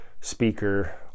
speaker